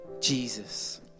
Jesus